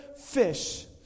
fish